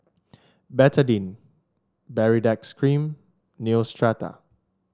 Betadine Baritex Cream Neostrata